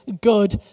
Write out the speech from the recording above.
good